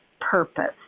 purpose